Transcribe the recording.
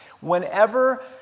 Whenever